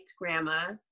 grandma